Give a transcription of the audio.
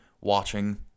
watching